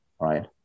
right